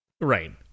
right